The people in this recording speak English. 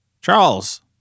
Charles